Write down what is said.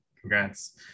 Congrats